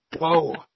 whoa